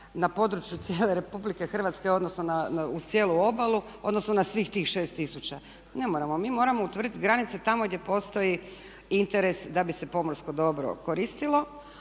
na području cijele Republike Hrvatske, odnosno uz cijelu obalu, odnosno na svih tih 6000. Ne moramo. Mi moramo utvrditi granice tamo gdje postoji interes da bi se pomorsko dobro koristilo,